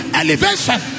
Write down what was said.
elevation